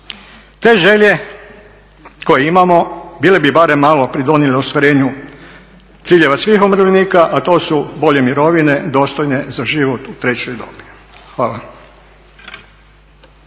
Te želje koje imamo bile bi barem malo pridonijele ostvarenju ciljeva svih umirovljenika, a to su bolje mirovine dostojne za život u trećoj dobi. Hvala.